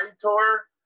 tour